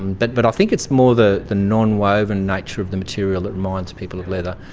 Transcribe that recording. and but but i think it's more the the nonwoven nature of the material that reminds people of leather.